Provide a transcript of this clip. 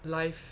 life